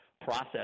process